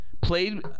Played